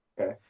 Okay